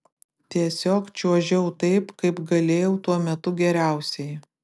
tiesiog čiuožiau taip kaip galėjau tuo metu geriausiai